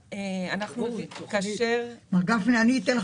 קיימנו מספר רב של פגישות עם גורמים שונים במשק.